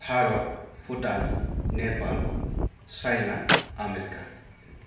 Bharat Bhutan Nepal China America